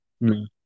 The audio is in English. No